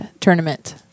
Tournament